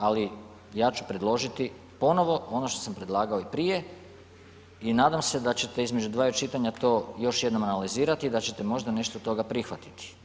Ali, ja ću predložiti ponovno ono što sam predlagao i prije i nadam se da ćete između dvaju čitanja to još jednom analizirati i da ćete možda nešto od toga prihvatiti.